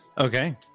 Okay